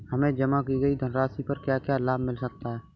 हमें जमा की गई धनराशि पर क्या क्या लाभ मिल सकता है?